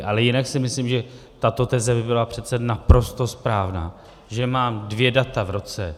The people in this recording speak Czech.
Ale jinak si myslím, že tato teze by byla přece naprosto správná, že mám dvě data v roce.